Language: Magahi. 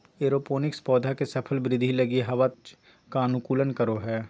एरोपोनिक्स पौधा के सफल वृद्धि लगी हवा तक पहुंच का अनुकूलन करो हइ